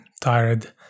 tired